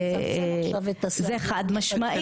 זה חד משמעית.